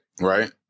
Right